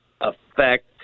affect